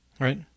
Right